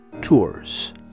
tours